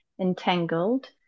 Entangled